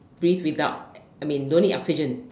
live without I mean don't need oxygen